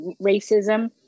racism